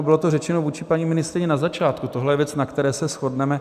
Bylo to řečeno vůči paní ministryni na začátku, tohle je věc, na které se shodneme.